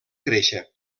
créixer